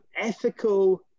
ethical